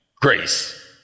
grace